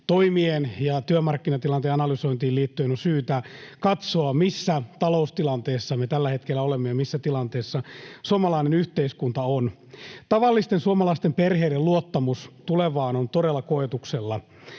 ja työmarkkinatilanteen analysointiin liittyen on syytä katsoa, missä taloustilanteessa me tällä hetkellä olemme ja missä tilanteessa suomalainen yhteiskunta on. Tavallisten suomalaisten perheiden luottamus tulevaan on todella koetuksella.